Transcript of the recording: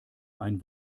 ein